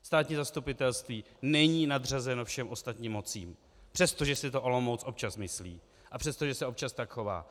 Státní zastupitelství není nadřazeno všem ostatním mocím, přestože si to Olomouc občas myslí a přesto, že se občas tak chová.